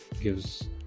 gives